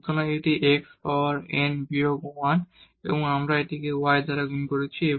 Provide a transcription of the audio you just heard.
সুতরাং এটি x power n বিয়োগ 1 এবং আমরা এটিকে y দ্বারা গুণ করেছি